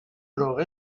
alors